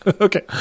Okay